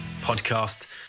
podcast